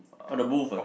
oh the booth ah